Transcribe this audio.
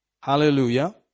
Hallelujah